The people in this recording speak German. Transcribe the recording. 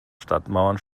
stadtmauern